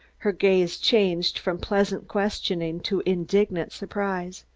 her gaze changed from pleasant questioning to indignant surprise.